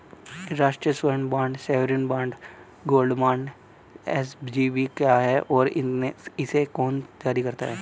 राष्ट्रिक स्वर्ण bond sovereign gold bond SGB क्या है और इसे कौन जारी करता है?